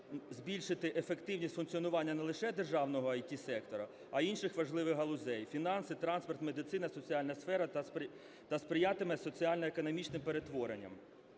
збільшити ефективність функціонування не лише державного ІТ-сектора, а й інших важливих галузей: фінанси, транспорт, медицина, соціальна сфера - та сприятиме соціально-економічним перетворенням.